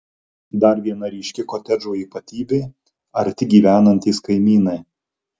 dar viena ryški kotedžo ypatybė arti gyvenantys kaimynai